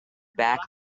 back